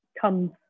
comes